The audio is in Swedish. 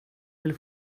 vill